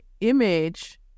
image